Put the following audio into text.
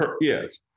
Yes